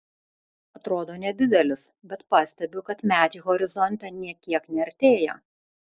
atrodo nedidelis bet pastebiu kad medžiai horizonte nė kiek neartėja